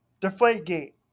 Deflategate